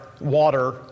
water